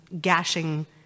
gashing